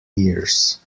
years